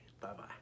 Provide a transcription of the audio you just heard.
Bye-bye